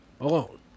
Alone